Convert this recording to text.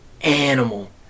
animal